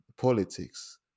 politics